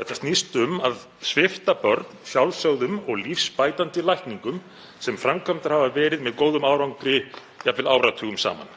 Þetta snýst um að svipta börn sjálfsögðum og lífsbætandi lækningum sem framkvæmdar hafa verið með góðum árangri, jafnvel áratugum saman.